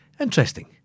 Interesting